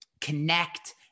connect